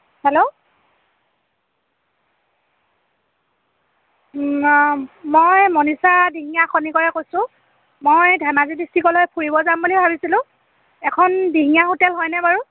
hello মই মনিষা দিহিঙীয়া খনিকৰে কৈছোঁ মই ধেমাজি ডিষ্ট্ৰিকলৈ ফুৰিব যাম বুলি ভাবিছিলোঁ এইখন দিহিঙীয়া হোটেল হয়নে বাৰু